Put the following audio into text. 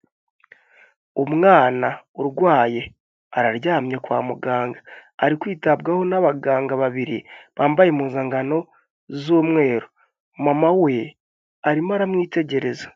Umwana urwaye araryamye kwa muganga, ari kwitabwaho n'abaganga babiri bambaye impuzankano z'umweru, mama we arimo aramwitegereza.